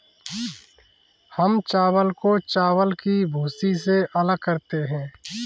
हम चावल को चावल की भूसी से अलग करते हैं